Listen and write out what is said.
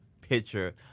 picture